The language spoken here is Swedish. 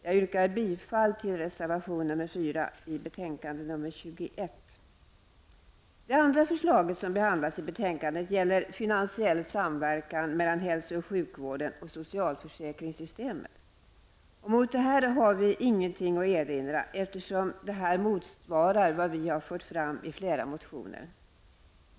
Jag yrkar bifall till reservation nr Det andra förslag som behandlas i betänkandet gäller finansiell samverkan mellan hälso och sjukvården och socialförsäkringssystemet. Mot det har vi inget att erinra, eftersom det motsvarar vad vi har fört fram i flera motioner.